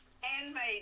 Handmade